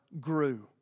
grew